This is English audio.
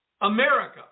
America